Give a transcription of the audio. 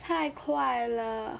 太快了